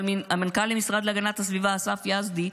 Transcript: אבל מנכ"ל המשרד להגנת הסביבה אסף יזדי,